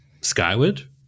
Skyward